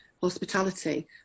hospitality